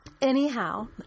anyhow